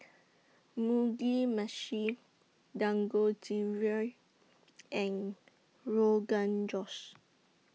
Mugi Meshi Dangojiru and Rogan Josh